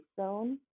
zone